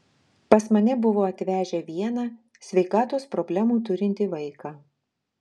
pas mane buvo atvežę vieną sveikatos problemų turintį vaiką